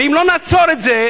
ואם לא נעצור את זה,